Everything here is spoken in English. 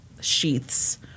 sheaths